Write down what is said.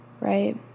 Right